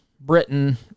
Britain